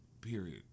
period